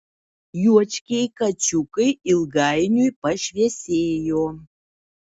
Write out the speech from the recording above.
juočkiai kačiukai ilgainiui pašviesėjo